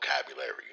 vocabulary